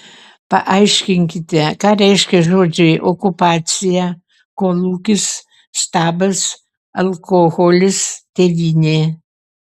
paaiškinkite ką reiškia žodžiai okupacija kolūkis stabas alkoholis tėvynė